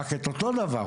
רק את אותו הדבר,